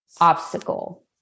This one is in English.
obstacle